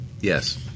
Yes